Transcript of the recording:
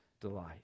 delight